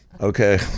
okay